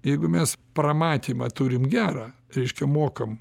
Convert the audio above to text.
jeigu mes pramatymą turim gerą reiškia mokam